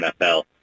NFL